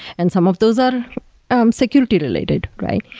and some of those are um security related, right?